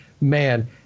man